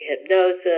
hypnosis